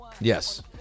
Yes